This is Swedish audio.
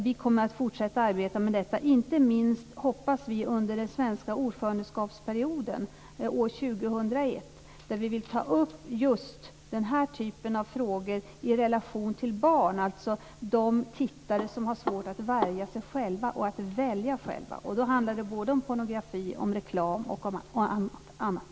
Vi kommer att fortsätta att arbeta med detta, inte minst, hoppas vi, under den svenska ordförandeskapsperioden år 2001, då vi vill ta upp just den här typen av frågor i relation till barn, alltså de tittare som har svårt att värja sig själva och att välja själva. Det handlar om såväl pornografi som reklam och annat.